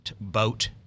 boat